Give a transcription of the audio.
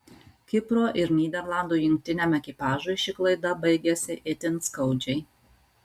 kipro ir nyderlandų jungtiniam ekipažui ši klaida baigėsi itin skaudžiai